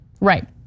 right